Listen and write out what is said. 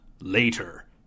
later